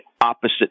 opposite